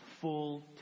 full